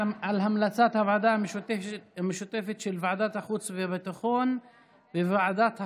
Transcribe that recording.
המלצת הוועדה המשותפת של ועדת החוץ והביטחון וועדת החוקה,